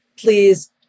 please